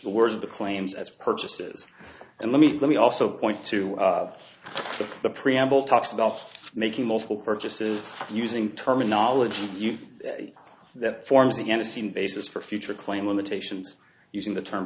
the words of the claims as purchases and let me let me also point to the preamble talks about making multiple purchases using terminology that forms the end scene basis for future claim limitations using the term